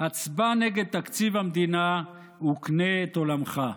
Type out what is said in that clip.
הצבע נגד תקציב המדינה וקנה את עולמך.